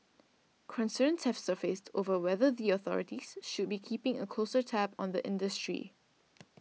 concerns have surfaced over whether the authorities should be keeping a closer tab on the industry